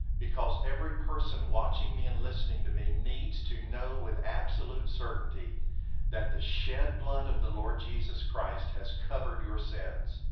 because every person watching me and listening to me needs to know with absolute certainty that the shed blood of the lord jesus christ has covered your sins,